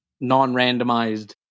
non-randomized